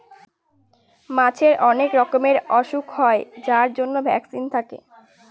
মাছের অনেক রকমের ওসুখ হয় যার জন্য ভ্যাকসিন থাকে